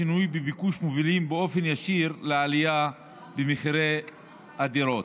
שינויים בביקוש מובילים באופן ישיר לעלייה במחירי הדירות.